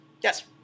Yes